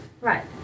right